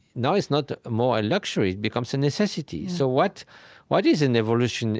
now, it's not more a luxury. it becomes a necessity so what what is an evolution